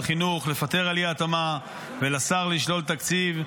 חינוך לפטר על אי-התאמה ולשר לשלול תקציב.